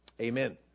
Amen